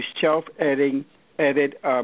self-edit